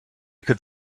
could